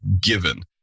given